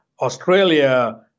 Australia